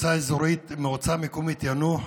מועצה מקומית יאנוח,